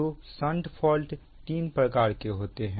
तो shunt fault तीन प्रकार के होते हैं